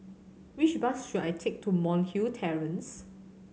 which bus should I take to Monk's Hill Terrace